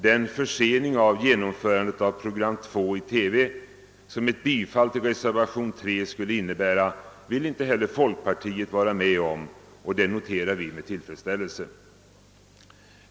Den försening av genomförandet av program 2 i TV som ett bifall till reservation 3 skulle innebära vill inte heller folkpartiet vara med om, och det noterar vi med tillfredsställelse.